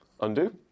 Undo